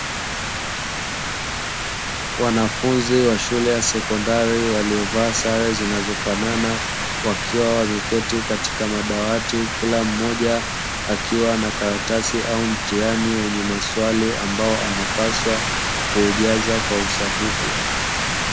Wanafunzi wa shule ya sekondari waliyovaa sare zinazofanana wakiwa wameketi katika madawati, kila mmoja akiwa na karatasi au mtihani wenye maswali ambao anapaswa kuujaza kwa usahihi.